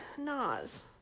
Nas